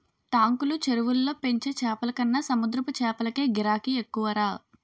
టాంకులు, చెరువుల్లో పెంచే చేపలకన్న సముద్రపు చేపలకే గిరాకీ ఎక్కువరా